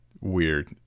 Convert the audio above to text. weird